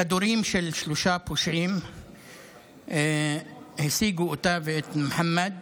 כדורים של שלושה פושעים השיגו אותה ואת מוחמד